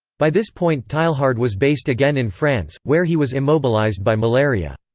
by this point teilhard was based again in france, where he was immobilized by malaria.